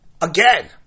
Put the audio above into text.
Again